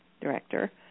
director